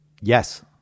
Yes